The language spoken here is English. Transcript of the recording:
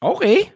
Okay